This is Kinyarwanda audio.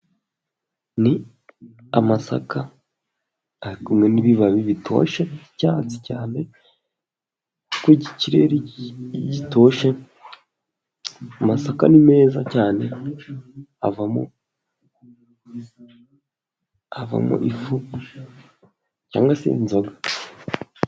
Ni amasaka ari kumwe n'ibibabi bitoshye by' icyatsi cyane kuko ikirere gitoshye. Amasaka ni meza cyane avamo havamo ifu cyangwa se inzoga.